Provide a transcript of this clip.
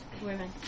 Women